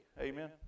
Amen